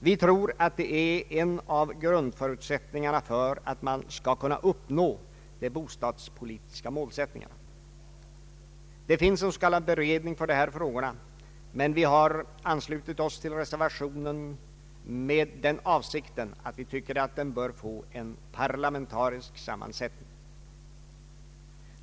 Vi tror att det är en av grundförutsättningarna för att de bostadspolitiska målsättningarna skall kunna uppnås. Det finns en s.k. beredning för dessa frågor, men vi har anslutit oss till reservationen med den avsikten att utredningen enligt vår mening bör få en parlamentarisk sammansättning.